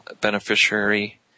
beneficiary